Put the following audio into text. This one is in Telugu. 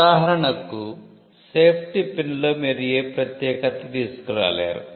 ఉదాహరణకు సేఫ్టీ పిన్లో మీరు ఏ ప్రత్యేకత తీసుకురాలేరు